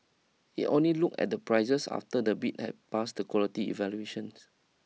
it only looked at the prices after the bid had passed the quality evaluations